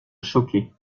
choqué